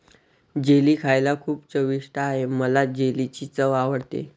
jelly खायला खूप चविष्ट आहे मला जेलीची चव आवडते